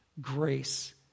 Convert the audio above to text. grace